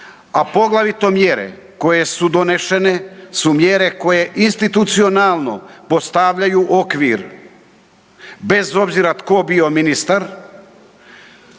a poglavito mjere koje su donešene su mjere koje institucionalno postavljaju okvir bez obzira tko bio ministar